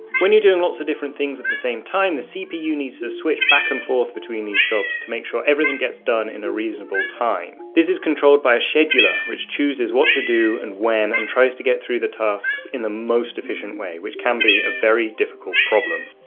when you are doing lots of different things at the same time, the cpu needs to switch back and forth between these jobs to make sure everything gets done in a reasonable time. this is controlled by a scheduler, which chooses what to do and when and tries to get through the tasks in the most efficient way, which can be very difficult problem.